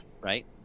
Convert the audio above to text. right